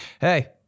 Hey